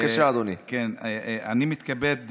אני מתכבד,